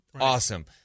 awesome